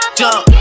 jump